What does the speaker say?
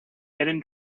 hidden